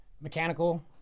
mechanical